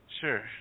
Sure